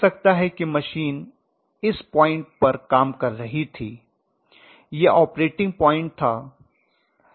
हो सकता है कि मशीन इस पॉइंट पर काम कर रही थी यह ऑपरेटिंग पॉइंट था